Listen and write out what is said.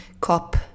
COP